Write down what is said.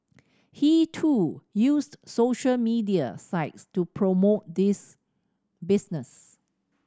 he too used social media sites to promote this business